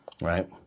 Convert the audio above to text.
right